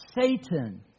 Satan